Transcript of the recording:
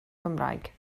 gymraeg